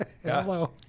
Hello